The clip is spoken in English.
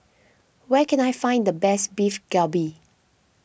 where can I find the best Beef Galbi